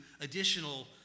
additional